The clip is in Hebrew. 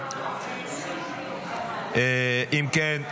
--- אם כן,